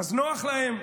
נוח להם,